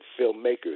filmmakers